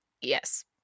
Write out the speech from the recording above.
yes